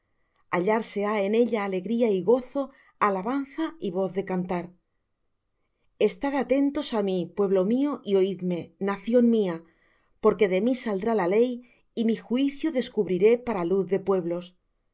hallarse ha en ella alegría y gozo alabanza y voz de cantar estad atentos á mí pueblo mío y oidme nación mía porque de mí saldrá la ley y mi juicio descubriré para luz de pueblos